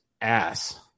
ass